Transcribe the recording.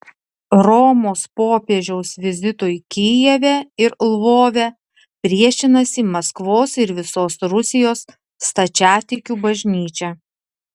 romos popiežiaus vizitui kijeve ir lvove priešinasi maskvos ir visos rusijos stačiatikių bažnyčia